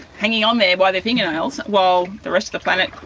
hanging on there by their fingernails while the rest of the planet,